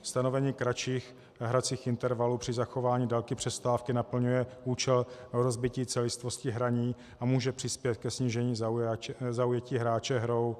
Stanovení kratších hracích intervalů při zachování délky přestávky naplňuje účel rozbití celistvosti hraní a může přispět ke snížení zaujetí hráče hrou.